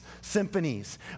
symphonies